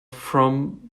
from